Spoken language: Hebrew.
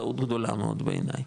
טעות גדולה בעיני,